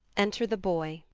enter the boy.